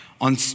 on